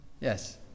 Yes